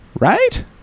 right